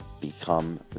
become